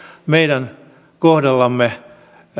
meidän kohdallamme